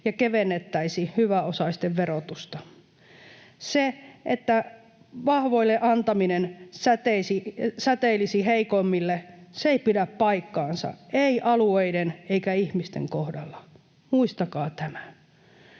ja kevennettäisi hyväosaisten verotusta. Se, että vahvoille antaminen säteilisi heikoimmille, ei pidä paikkaansa, ei alueiden eikä ihmisten kohdalla — muistakaa tämä.